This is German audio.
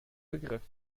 begriff